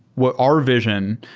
what our vision,